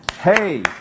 hey